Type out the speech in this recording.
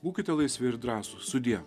būkite laisvi ir drąsūs sudie